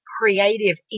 creative